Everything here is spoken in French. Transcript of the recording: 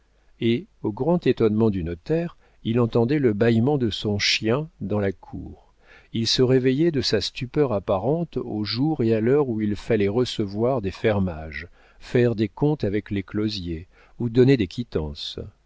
et au grand étonnement du notaire il entendait le bâillement de son chien dans la cour il se réveillait de sa stupeur apparente au jour et à l'heure où il fallait recevoir des fermages faire des comptes avec les closiers ou donner des quittances